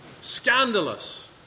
scandalous